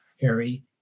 Harry